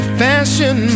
fashion